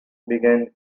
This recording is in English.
begin